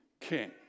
King